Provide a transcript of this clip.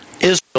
Israel